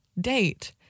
date